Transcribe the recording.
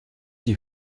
die